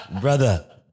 brother